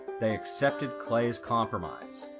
they accepted clay's compromise.